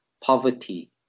poverty